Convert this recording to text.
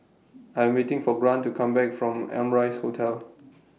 I Am waiting For Grant to Come Back from Amrise Hotel